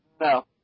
No